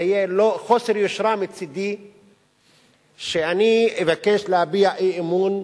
זה יהיה חוסר יושרה מצדי שאני אבקש להביע אי-אמון,